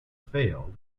failed